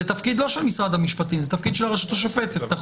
זה לא תפקיד של משרד המשפטים אלא של הרשות השופטת.